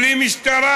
בלי משטרה,